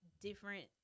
different